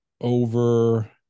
over